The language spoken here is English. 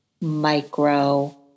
micro